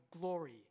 glory